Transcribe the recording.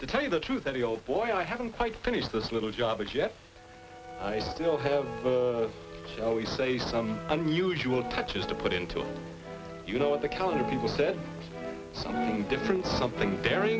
to tell you the truth any old boy i haven't quite finished this little job and yet i still have always say some unusual touches to put into you know what the colored people said something different something carrying